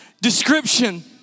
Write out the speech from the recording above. description